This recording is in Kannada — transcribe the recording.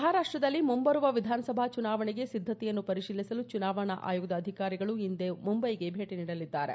ಮಹಾರಾಷ್ಷದಲ್ಲಿ ಮುಂಬರುವ ವಿಧಾನಸಭಾ ಚುನಾವಣೆಗೆ ಸಿದ್ದತೆಯನ್ನು ಪರಿಶೀಲಿಸಲು ಚುನಾವಣಾ ಆಯೋಗ ಅಧಿಕಾರಿಗಳು ಇಂದು ಮುಂಬಯಿಗೆ ಭೇಟಿ ನೀಡಲಿದ್ದಾರೆ